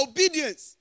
Obedience